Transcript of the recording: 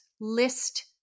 list –